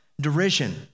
derision